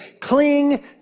cling